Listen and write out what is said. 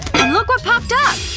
and look what popped up!